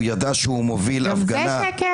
הוא ידע שהוא מוביל הפגנה --- גם זה שקר?